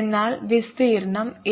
എന്നാൽ വിസ്തീർണ്ണം a